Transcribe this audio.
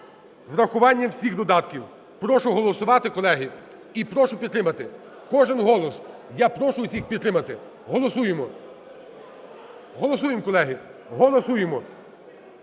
врахуванням всіх додатків. Прошу голосувати, колеги, і прошу підтримати. Кожен голос, я прошу всіх підтримати. Голосуємо, голосуємо, колеги, голосуємо.